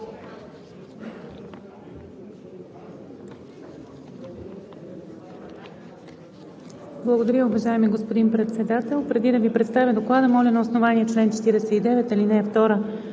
Благодаря, уважаеми господин Председател. Преди да Ви представя Доклада, моля на основание чл. 49, ал. 2